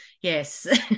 yes